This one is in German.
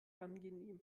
angenehm